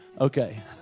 Okay